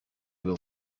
will